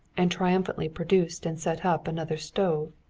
and triumphantly produced and set up another stove.